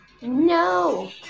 No